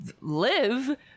live